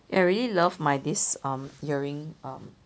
eh I really love my um this um earring um